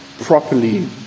properly